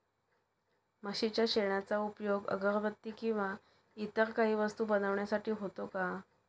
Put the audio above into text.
म्हशीच्या शेणाचा उपयोग अगरबत्ती किंवा इतर काही वस्तू बनविण्यासाठी होतो का?